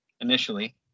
initially